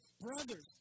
Brothers